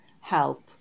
help